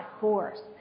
force